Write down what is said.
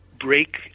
break